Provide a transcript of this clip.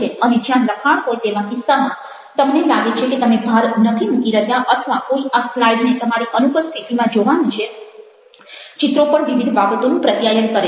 અને જ્યાં લખાણ હોય તેવા કિસ્સામાં તમને લાગે છે કે તમે ભાર નથી મૂકી રહ્યા અથવા કોઈ આ સ્લાઈડને તમારી અનુપસ્થિતિમાં જોવાનું છે ચિત્રો પણ વિવિધ બાબતોનું પ્રત્યાયન કરે છે